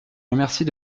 remercie